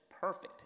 perfect